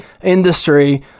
industry